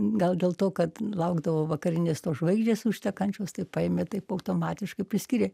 gal dėl to kad laukdavau vakarinės tos žvaigždės užtekančios tai paėmė taip automatiškai priskyrė